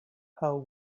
how